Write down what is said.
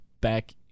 back